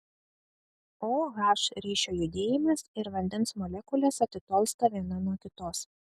o h ryšio judėjimas ir vandens molekulės atitolsta viena nuo kitos